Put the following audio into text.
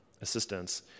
assistance